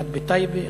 אחד בטייבה,